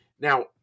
Now